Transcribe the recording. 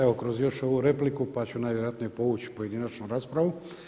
Evo kroz još ovu repliku pa ću najvjerojatnije povući pojedinačnu raspravu.